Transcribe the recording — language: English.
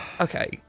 Okay